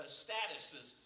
statuses